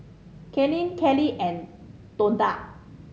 Kaylene Kelly and Tonda